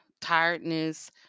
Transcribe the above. tiredness